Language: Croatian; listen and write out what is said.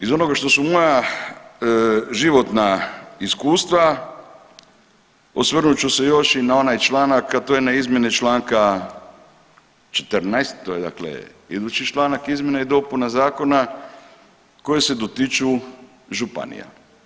Iz onoga što su moja životna iskustva, osvrnut ću se još i na onaj članak, a to je na izmjene Članka 14. to je dakle idući članak izmjena i dopuna zakona koji se dotiču županija.